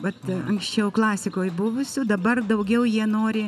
vat anksčiau klasikoj buvusių dabar daugiau jie nori